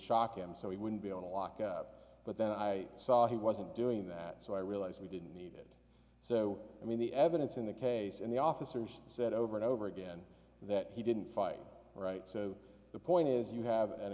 shock him so he wouldn't be able to lock up but then i saw he wasn't doing that so i realized we didn't need it so i mean the evidence in the case and the officers said over and over again that he didn't fight right so the point is you have an